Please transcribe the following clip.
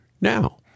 now